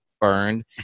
burned